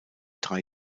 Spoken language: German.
drei